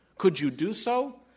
could you do so?